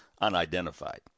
unidentified